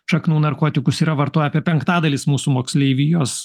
šaknų narkotikus yra vartoję apie penktadalis mūsų moksleivijos